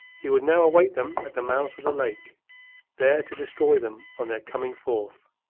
he would now await them at the mouth of the lake there to destroy them on their coming forth.